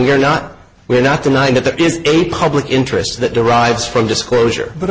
we're not we're not denying that there is a public interest that derives from disclosure but